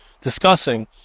discussing